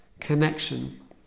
connection